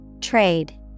Trade